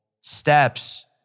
steps